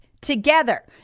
together